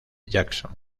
jackson